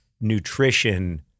nutrition